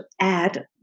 add